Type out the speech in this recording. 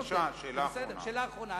בבקשה, שאלה אחרונה.